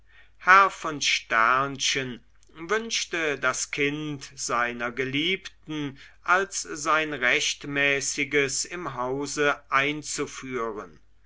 herr von wünschte das kind seiner geliebten als sein rechtmäßiges im hause einzuführen